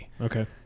Okay